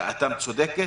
מחאתם צודקת,